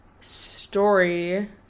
story